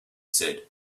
said